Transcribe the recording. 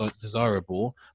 desirable